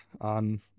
on